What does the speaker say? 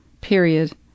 Period